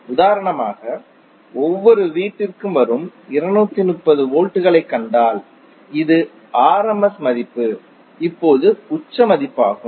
உதாரணமாக ஒவ்வொரு வீட்டிற்கும் வரும் 230 வோல்ட்களைக் கண்டால் இது rms மதிப்பு இப்போது உச்ச மதிப்பு ஆகும்